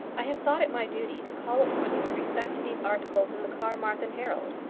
i have thought it my duty to call upon you in respect to these articles in the carmarthen herald.